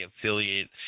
affiliate